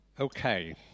Okay